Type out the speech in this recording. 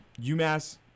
UMass